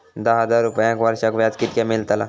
दहा हजार रुपयांक वर्षाक व्याज कितक्या मेलताला?